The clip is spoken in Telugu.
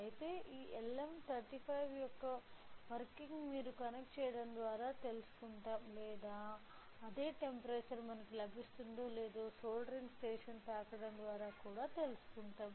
అయితే ఈ LM35 యొక్క వర్కింగ్ మీరు కనెక్ట్ చెయ్యడం ద్వారా తెలుసుకుంటాం లేదా అదే టెంపరేచర్ మనకు లభిస్తుందో లేదో సోల్దేరింగ్ స్టేషన్కు తాకడం ద్వారా కూడా తెలుసుకుంటాం